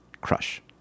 crush